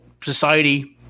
society